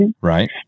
Right